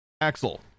Axel